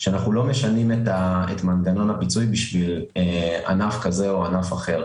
שאנחנו לא משנים את מנגנון הפיצוי עבור ענף כזה או ענף אחר.